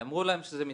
אמרו להם שזה מתעכב.